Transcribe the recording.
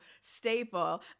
staple